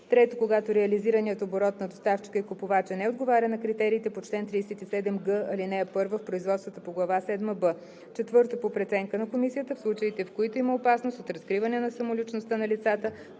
3. когато реализираният оборот на доставчика и купувача не отговаря на критериите по чл. 37г, ал. 1 в производствата по глава седма „б“; 4. по преценка на комисията, в случаите, в които има опасност от разкриване на самоличността на лицата,